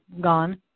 gone